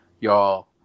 y'all